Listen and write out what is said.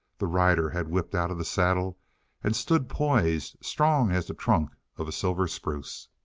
the rider had whipped out of the saddle and stood poised, strong as the trunk of a silver spruce.